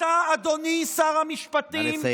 אתה, אדוני שר המשפטים, נא לסיים.